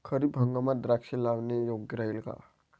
खरीप हंगामात द्राक्षे लावणे योग्य राहिल का?